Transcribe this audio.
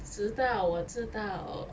知道我知道